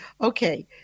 Okay